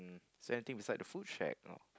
is there anything beside the food shack loh